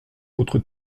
votre